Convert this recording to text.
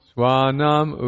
Swanam